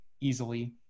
easily